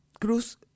Cruz